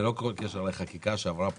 ללא כל קשר לחקיקה שעברה פה,